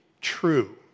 true